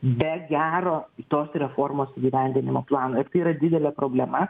be gero tos reformos įgyvendinimo plano ir tai yra didelė problema